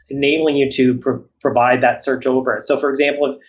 enabling you to provide that search over so for example,